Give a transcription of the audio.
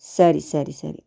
ಸರಿ ಸರಿ ಸರಿ